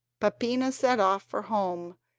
peppina set off for home,